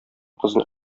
кызын